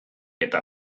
eta